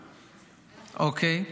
אוקיי?